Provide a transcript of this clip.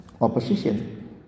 opposition